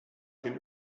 can